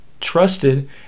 trusted